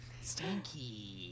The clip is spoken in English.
Stinky